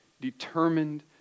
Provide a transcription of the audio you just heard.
determined